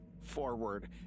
forward